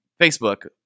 Facebook